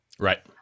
Right